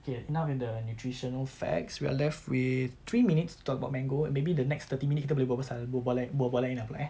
okay enough in the nutritional facts we are left with three minutes to talk about mango and maybe the next thirty minutes kita boleh berbual-bual pasal buah-buah buah-buah lain lah pula eh